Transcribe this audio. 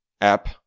app